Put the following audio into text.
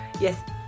yes